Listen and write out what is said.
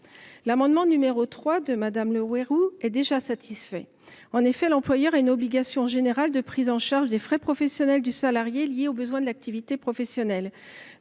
L’amendement n° 3 est déjà satisfait. En effet, l’employeur a une obligation générale de prise en charge des frais professionnels du salarié liés aux besoins de l’activité professionnelle.